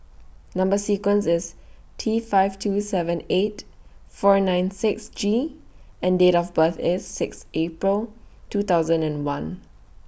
Number sequence IS T five two seven eight four nine six G and Date of birth IS six April two thousand and one